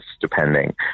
depending